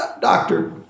doctor